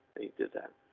they did that.